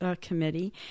committee